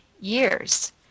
years